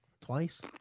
Twice